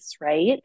right